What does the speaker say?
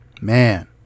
Man